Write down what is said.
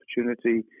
opportunity